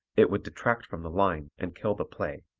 it would detract from the line and kill the play.